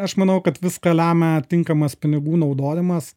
aš manau kad viską lemia tinkamas pinigų naudojimas